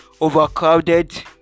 overcrowded